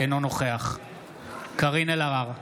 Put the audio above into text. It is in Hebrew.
אינו נוכח קארין אלהרר,